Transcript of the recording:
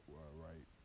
right